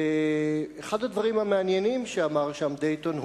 אחד הדברים המעניינים שאמר שם דייטון הוא,